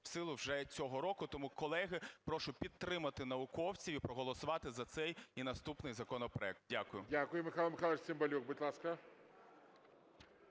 в силу вже цього року. Тому, колеги, прошу підтримати науковців і проголосувати за цей і наступній законопроект. Дякую. ГОЛОВУЮЧИЙ. Дякую. Михайло Михайлович Цимбалюк, будь ласка.